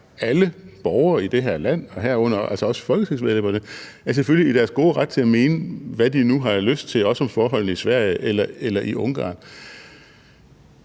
alle borgere i det her land, herunder altså også folketingsmedlemmerne, i deres gode ret til at mene, hvad de nu har lyst til, og også om forholdene i Sverige eller i Ungarn.